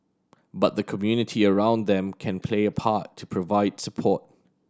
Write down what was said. but the community around them can play a part to provide support